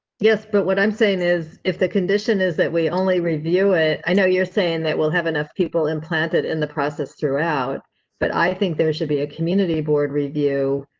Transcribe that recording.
yes but what i'm saying is if the condition is that we only review it. i know you're saying that we'll have enough people implanted in the process throughout but i think there should be a community board review.